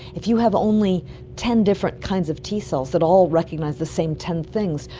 if you have only ten different kinds of t cells that all recognise the same ten things,